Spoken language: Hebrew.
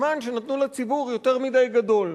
פרק הזמן שנתנו לציבור יותר מדי גדול.